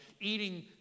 eating